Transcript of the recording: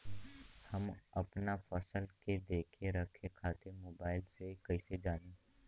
हम अपना फसल के देख रेख खातिर मोबाइल से कइसे जानी?